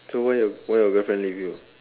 so why why your girlfriend leave you